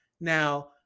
Now